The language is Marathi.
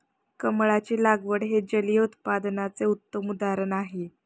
कमळाची लागवड हे जलिय उत्पादनाचे उत्तम उदाहरण आहे